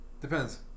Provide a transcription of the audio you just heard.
depends